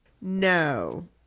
No